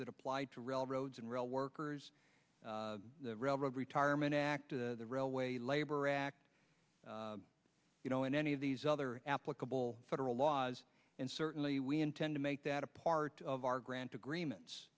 that applied to railroads and rail workers the railroad retirement act the railway labor act you know and any of these other applicable federal laws and certainly we intend to make that a part of our grant agreements